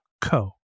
co